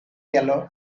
yellow